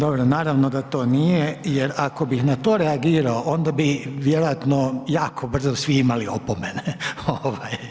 Dobro, naravno da to nije jer ako bih na to reagirao, onda bi vjerojatno jako brzo svi imali opomene.